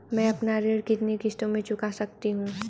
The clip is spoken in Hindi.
मैं अपना ऋण कितनी किश्तों में चुका सकती हूँ?